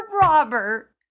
Robert